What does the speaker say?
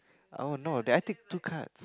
oh no did I take two card